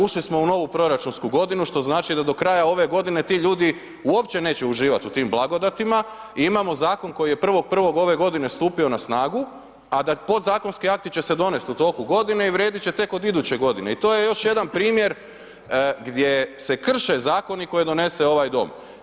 Ušli smo u novu proračunsku godinu, što znači da do kraja ove godine ti ljudi uopće neće uživati u tim blagodatima i imamo zakon koji je 1.1. ove godine stupio na snagu, a da podzakonski akti će se donesti u toku godine i vrijedit će tek od iduće godine i to je još jedan primjer gdje se krše zakoni koje donese ovaj dom.